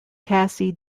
cassie